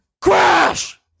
Crash